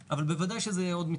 שבכלל לא קשורים לקורונה,